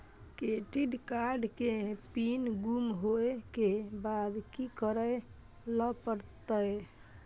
Credit card के pin गुम होय के बाद की करै ल परतै?